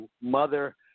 mother